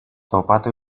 topatu